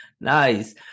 Nice